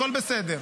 הכול בסדר.